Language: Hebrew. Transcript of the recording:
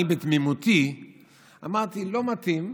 אני בתמימותי אמרתי שלא מתאים,